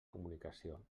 comunicació